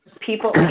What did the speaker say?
People